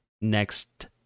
next